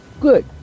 good